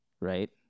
right